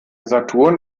saturn